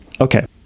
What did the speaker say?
Okay